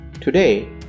Today